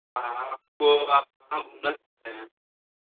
आपको आप कहाँ घूमना चाहते हैं